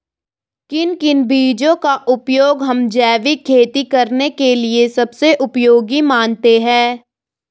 किन किन बीजों का उपयोग हम जैविक खेती करने के लिए सबसे उपयोगी मानते हैं?